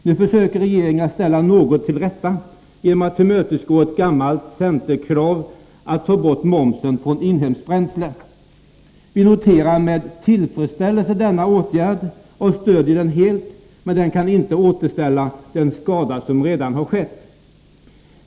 Nu försöker regeringen att ställa något till rätta genom att tillmötesgå ett gammalt centerkrav på att man skall ta bort momsen från inhemskt bränsle. Vi noterar med tillfredsställelse denna åtgärd och stödjer den helt, men den kan inte reparera den skada som redan har skett.